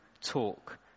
talk